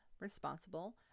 responsible